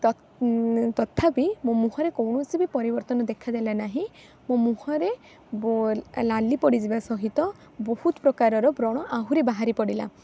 ତଥାପି ମୋ ମୁହଁରେ କୌଣସି ବି ପରିବର୍ତ୍ତନ ଦେଖାଦେଲା ନାହିଁ ମୋ ମୁହଁରେ ନାଲି ପଡ଼ିଯିବା ସହିତ ବହୁତ ପ୍ରକାରର ବ୍ରଣ ଆହୁରି ବାହାରି ପଡ଼ିଲା